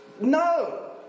No